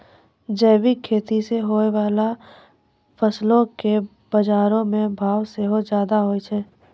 जैविक खेती से होय बाला फसलो के बजारो मे भाव सेहो ज्यादा होय छै